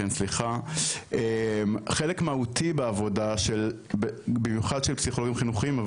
חלק מהותי בעבודה במיוחד של פסיכולוגים חינוכיים,